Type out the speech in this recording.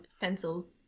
pencils